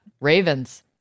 Ravens